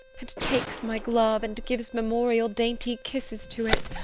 and takes my glove, and gives memorial dainty kisses to it,